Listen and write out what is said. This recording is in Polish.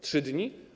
3 dni?